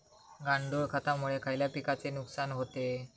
गांडूळ खतामुळे खयल्या पिकांचे नुकसान होते?